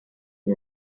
une